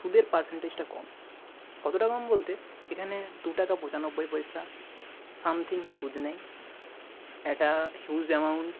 সুদের পার্সেন্টেজটা কম কতটা কম বলতে এখানে দু টাকা পঁচানব্বই পয়সা সামথিং সুদ নেয় একটা হিউজ অ্যামাউন্ট